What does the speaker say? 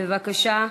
בבקשה.